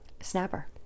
Snapper